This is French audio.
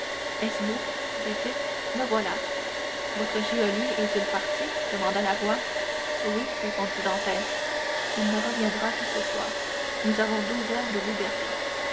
dit-il me voilà votre geôlier est-il parti demanda la voix oui répondit dantès il ne reviendra que ce soir nous avons douze heures de liberté